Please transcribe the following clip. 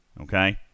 Okay